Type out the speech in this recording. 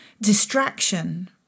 Distraction